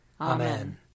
Amen